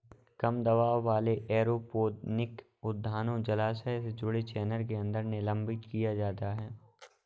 कम दबाव वाले एरोपोनिक उद्यानों जलाशय से जुड़े चैनल के अंदर निलंबित किया जाता है